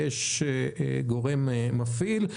יש גורם מפעיל.